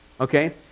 Okay